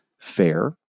fair